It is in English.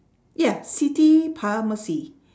yeah city pharmacy